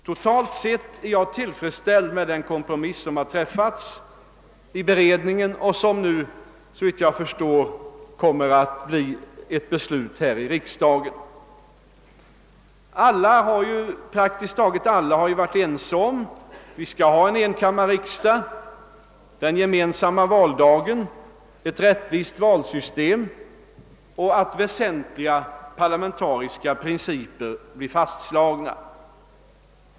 Totalt sett är jag tillfredsställd med den kompromiss som har träffats i beredningen och som nu, såvitt jag förstår, kommer att fastställas här i riksdagen. Praktiskt taget alla har ju varit ense om att vi skall ha en enkammarriksdag, en gemensam valdag, ett rättvist valsystem och att väsentliga parlamentariska principer blir fastslagna.